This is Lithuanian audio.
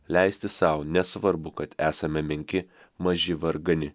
leisti sau nesvarbu kad esame menki maži vargani